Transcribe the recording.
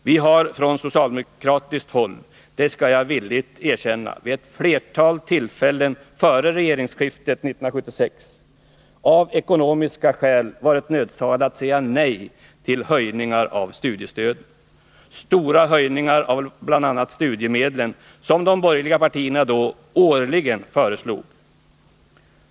Vi har från socialdemokratiskt håll — det skall jag villigt erkänna — vid ett flertal tillfällen före regeringsskiftet 1976 av ekonomiska skäl varit nödsakade säga nej till höjningar av studiestöden, stora höjningar av bl.a. studiemedlen som de borgerliga partierna då årligen föreslog.